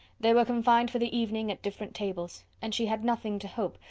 they were confined for the evening at different tables, and she had nothing to hope,